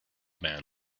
man